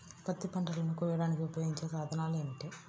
పత్తి పంటలను కోయడానికి ఉపయోగించే సాధనాలు ఏమిటీ?